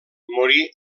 morí